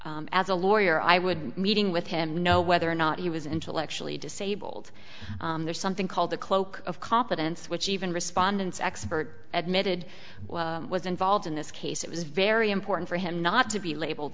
as a lawyer i would meeting with him you know whether or not he was intellectually disabled there's something called the cloak of confidence which even respondents expert admitted was involved in this case it was very important for him not to be labeled